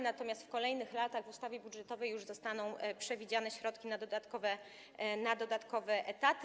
Natomiast w kolejnych latach w ustawie budżetowej już zostaną przewidziane środki na dodatkowe etaty.